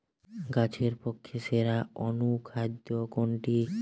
গাছের পক্ষে সেরা অনুখাদ্য কোনটি?